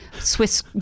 Swiss